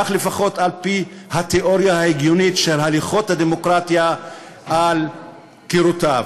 כך לפחות על פי התאוריה ההגיונית של הליכות הדמוקרטיה על קירותיו.